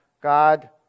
God